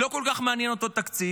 לא כל כך מעניין אותו תקציב,